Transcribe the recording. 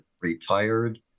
retired